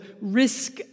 risk